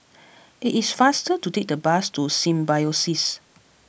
it is faster to take the bus to Symbiosis